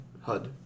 Hud